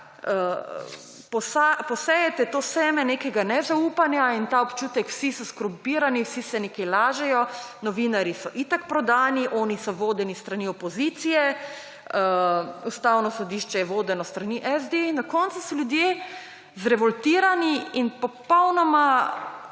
posejete to seme nekega nezaupanja in ta občutek – vsi so skorumpirani in vsi se nekaj lažejo, novinarji so itak prodani, oni so vodeni s strani opozicije, Ustavno sodišče je vodeno s strani SD. In na koncu so ljudje zrevoltirani in popolnoma